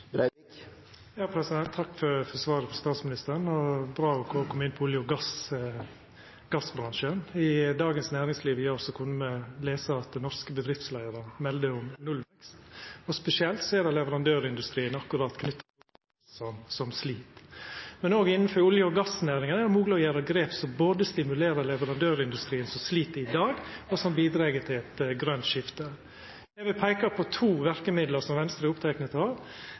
Takk for svaret frå statsministeren, og det er bra ho kom inn på olje- og gassbransjen. I Dagens Næringsliv i går kunne me lesa at norske bedriftsleiarar melder om nullvekst, og spesielt er det leverandørindustrien knytt til olje og gass som slit. Men òg innanfor olje- og gassnæringa er det mogleg å gjera grep som både stimulerer leverandørindustrien som slit i dag, og som bidreg til eit grønt skifte. Eg vil peika på to verkemiddel som Venstre er oppteke av.